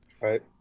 right